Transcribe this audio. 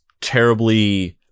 terribly